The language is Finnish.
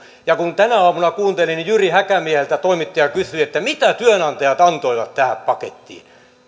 tänä aamuna kuuntelin kun jyri häkämieheltä toimittaja kysyi että mitä työnantajat antoivat tähän pakettiin